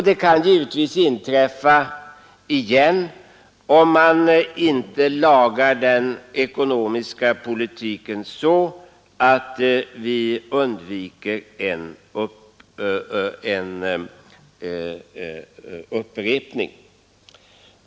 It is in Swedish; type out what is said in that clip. Det kan inträffa igen, om man inte för en ekonomisk politik som förhindrar det. Vad är det då som krävs?